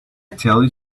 tell